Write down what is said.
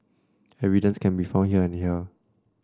evidence can be found here and here